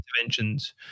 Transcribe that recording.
interventions